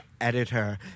editor